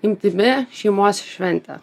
imti be šeimos šventę